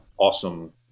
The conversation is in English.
awesome